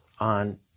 on